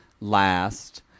last